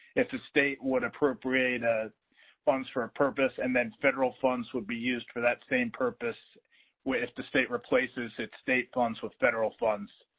if the state would appropriate ah funds for a purpose and then federal funds would be used for that same purpose with the state replaces its state funds with federal funds,